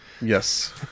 Yes